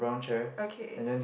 okay